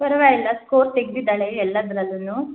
ಪರವಾಗಿಲ್ಲ ಸ್ಕೋರ್ ತೆಗ್ದಿದಾಳೆ ಎಲ್ಲದ್ರಲ್ಲು